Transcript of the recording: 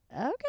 okay